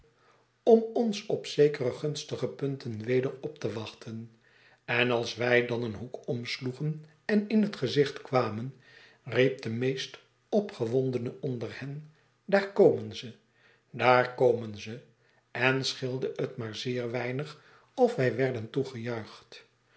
om ons op zekere gunstige punten weder op te waciiten en als wij dan een hoek omsloegen en in het gezicht kwamen riep de meest opgewondene onder hen daar komen ze daar komen ze en scheelde het maar zeer weinig of wij werden